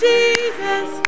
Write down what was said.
Jesus